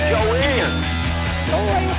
Joanne